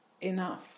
enough